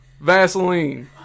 Vaseline